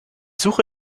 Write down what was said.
suche